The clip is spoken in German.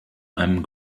einem